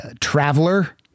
traveler